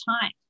time